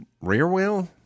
Rear-wheel